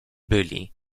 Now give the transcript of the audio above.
byli